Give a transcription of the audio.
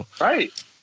Right